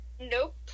nope